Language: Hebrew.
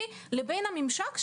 לבין הממשק,